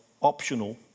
optional